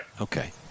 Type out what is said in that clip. Okay